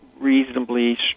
reasonably